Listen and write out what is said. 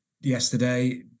yesterday